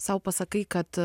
sau pasakai kad